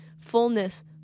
fullness